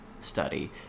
study